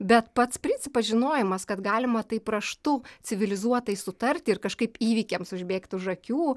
bet pats principas žinojimas kad galima taip raštu civilizuotai sutarti ir kažkaip įvykiams užbėgti už akių